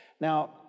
Now